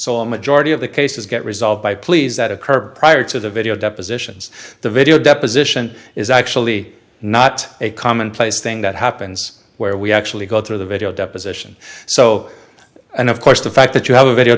so a majority of the cases get resolved by pleas that occur prior to the video depositions the video deposition is actually not a commonplace thing that happens where we actually go through the video deposition so and of course the fact that you have a video